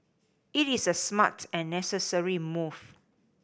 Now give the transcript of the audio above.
it is a smart and necessary move